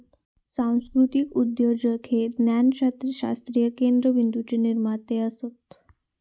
सांस्कृतीक उद्योजक हे ज्ञानशास्त्रीय केंद्रबिंदूचे निर्माते असत